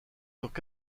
furent